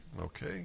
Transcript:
Okay